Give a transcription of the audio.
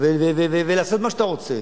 ולעשות מה שאתה רוצה